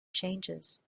changes